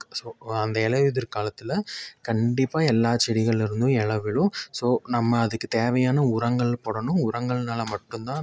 so அந்த இலையுதிர் காலத்தில் கண்டிப்பாக எல்லா செடிகள்லிருந்தும் எலை விழும் ஸோ நம்ம அதுக்கு தேவையான உரங்கள் போடணும் உரங்கள்னாலே மட்டும்தான்